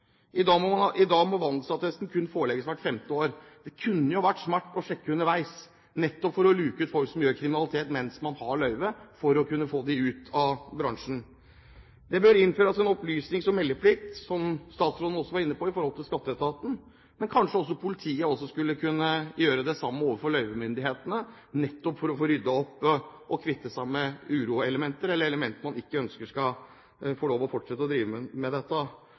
vandelsattesten kun forelegges hvert femte år. Det kunne jo vært smart å sjekke underveis, nettopp for å luke ut folk som begår kriminalitet mens de har løyve, for å kunne få dem ut av bransjen. Det bør, som statsråden også var inne på, innføres en opplysnings- og meldeplikt overfor skatteetaten. Men kanskje politiet også skulle kunne gjøre det samme overfor løyvemyndighetene, nettopp for å få ryddet opp og kvittet seg med uroelementer eller elementer man ikke ønsker skal få lov til å fortsette å drive med dette.